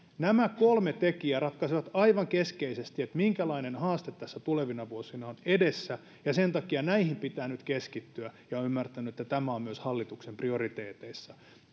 nämä kolme tekijää ratkaisevat aivan keskeisesti minkälainen haaste tässä tulevina vuosina on edessä ja sen takia näihin pitää nyt keskittyä ja olen ymmärtänyt että tämä on myös hallituksen prioriteeteissa